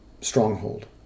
stronghold